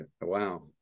wow